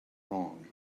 wrong